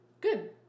Good